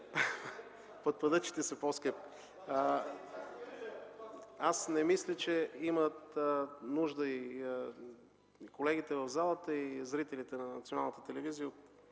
Пъдпъдъчите са по-скъпи. Не мисля, че имат нужда – и колегите в залата, и зрителите по